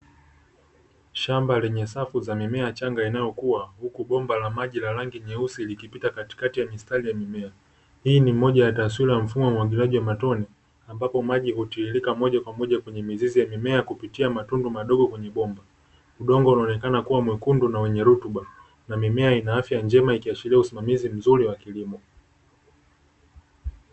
Shamba lenye safu za mimea changa inayokuwa, huku bomba la maji la rangi nyeusi likipita katikati ya mistari ya mimea. Hii ni moja ya taswira ya mfumo wa umwagiliaji wa matone, ambapo maji hutiririka moja kwa moja kwenye mizizi ya mimea kupitia matundu madogo kwenye bomba. Udongo unaonekana kuwa mwekundu na wenye rutuba, na mimea ina afya njema ikiashiria usimamizi mzuri wa kilimo.